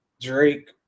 Drake